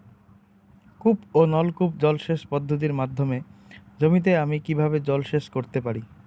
কূপ ও নলকূপ জলসেচ পদ্ধতির মাধ্যমে জমিতে আমি কীভাবে জলসেচ করতে পারি?